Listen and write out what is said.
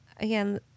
Again